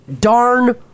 darn